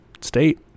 state